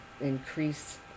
increase